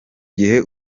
gihe